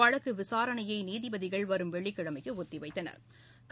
வழக்கு விசாரணையை நீதிபதிகள் வரும் வெள்ளிக்கிழமைக்கு ஒத்திவைத்தனா்